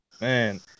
man